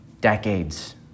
decades